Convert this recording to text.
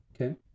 Okay